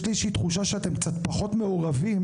יש לי איזושהי תחושה שאתם קצת פחות מעורבים,